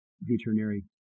veterinary